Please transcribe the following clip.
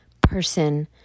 person